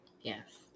Yes